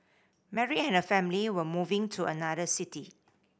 Mary and her family were moving to another city